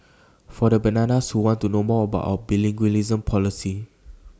for the bananas who want to know more about our bilingualism policy